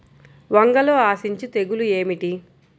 వంగలో ఆశించు తెగులు ఏమిటి?